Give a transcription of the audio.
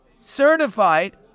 certified